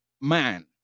man